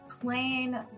plain